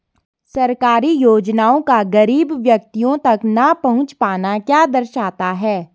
सरकारी योजनाओं का गरीब व्यक्तियों तक न पहुँच पाना क्या दर्शाता है?